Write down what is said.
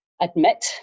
admit